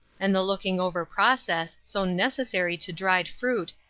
and the looking over process, so necessary to dried fruit,